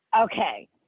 Okay